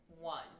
one